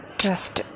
trust